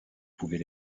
pouvait